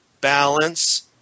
balance